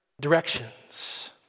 directions